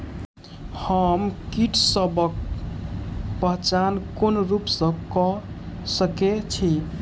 हम कीटसबक पहचान कोन रूप सँ क सके छी?